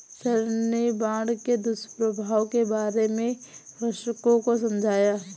sir ने बाढ़ के दुष्प्रभावों के बारे में कृषकों को समझाया